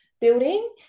building